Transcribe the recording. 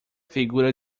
figura